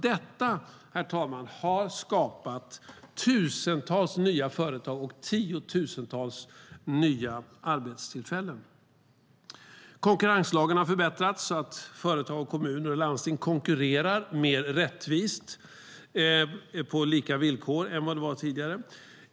Detta, herr talman, har skapat tusentals nya företag och tiotusentals nya arbetstillfällen. Konkurrenslagen har förbättrats så att företag, kommuner och landsting konkurrerar på mer lika villkor än det var tidigare.